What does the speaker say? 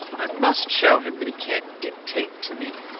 i must show him that he can't dictate to me.